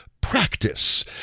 Practice